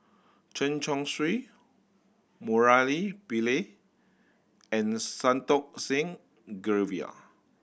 Chen Chong Swee Murali Pillai and Santokh Singh Grewal